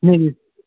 नहीं नहीं